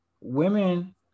women